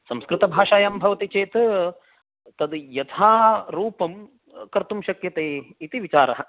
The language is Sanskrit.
संस्कृतभाषायां भवति चेत् तत् यथा रूपं कर्तुं शक्यते इति विचारः